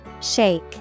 Shake